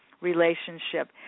relationship